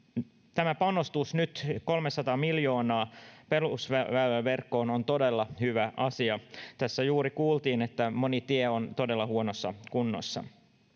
tämä panostus kolmesataa miljoonaa perusväyläverkkoon on nyt todella hyvä asia tässä juuri kuultiin että moni tie on todella huonossa kunnossa